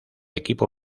equipo